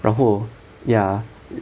然后 ya